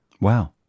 Wow